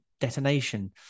detonation